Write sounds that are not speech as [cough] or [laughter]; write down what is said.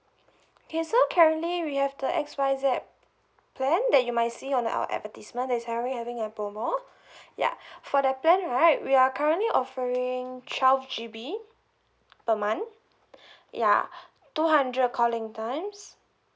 okay so currently we have the X Y Z plan that you might see on our advertisement that's currently having a promo [breath] ya [breath] for the plan right we are currently offering twelve G_B per month [breath] ya [breath] two hundred calling times